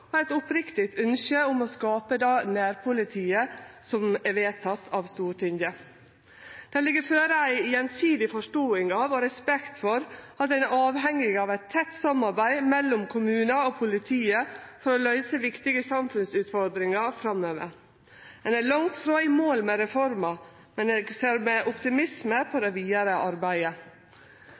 og eit oppriktig ønske om å skape det nærpolitiet som er vedteke av Stortinget. Det ligg føre ei gjensidig forståing av og respekt for at ein er avhengig av eit tett samarbeid mellom kommunane og politiet for å løyse viktige samfunnsutfordringar framover. Ein er langt frå i mål med reforma, men eg ser med optimisme på det vidare arbeidet.